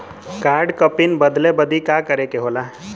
Card क PIN बदले बदी का करे के होला?